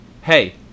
hey